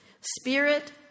spirit